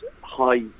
high